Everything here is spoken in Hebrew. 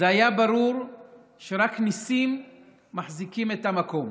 זה היה ברור שרק ניסים מחזיקים את המקום.